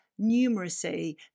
numeracy